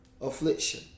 affliction